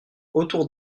autour